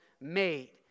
made